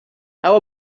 how